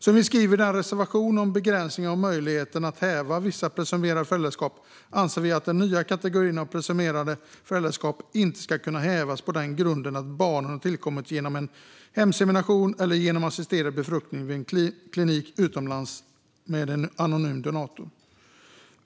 Som vi skriver i reservationen om begränsning av möjligheten att häva vissa presumerade föräldraskap anser vi att den nya kategorin av presumerade föräldraskap inte ska kunna hävas på grunden att barnet har tillkommit genom en heminsemination eller genom assisterad befruktning vid en klinik utomlands med en anonym donator.